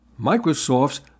Microsoft's